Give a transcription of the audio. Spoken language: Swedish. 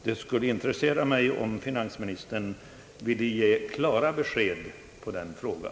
Det skulle intressera mig om finansministern ville ge klara besked på den frågan.